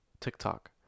TikTok